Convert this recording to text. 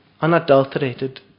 unadulterated